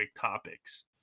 topics